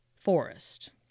forest